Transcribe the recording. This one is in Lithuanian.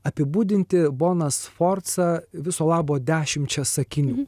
apibūdinti boną sforcą viso labo dešimčia sakinių